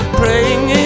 praying